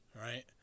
right